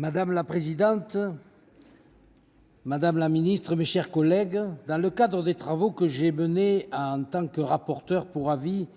Madame la présidente, madame la secrétaire d'État, mes chers collègues, dans le cadre des travaux que j'ai consacrés, en tant que rapporteur pour avis,